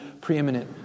preeminent